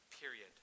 period